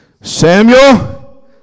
Samuel